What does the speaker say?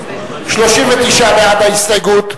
39 בעד ההסתייגות,